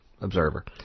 observer